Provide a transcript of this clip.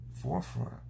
forefront